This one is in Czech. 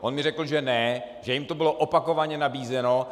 On mi řekl, že ne, že jim to bylo opakovaně nabízeno.